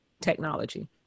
technology